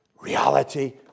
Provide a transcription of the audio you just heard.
Reality